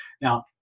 now